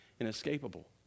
inescapable